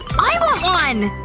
i want one!